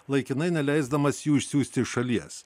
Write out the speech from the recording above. laikinai neleisdamas jų išsiųsti šalies